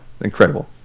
Incredible